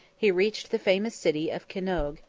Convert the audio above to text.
he reached the famous city of kinnoge,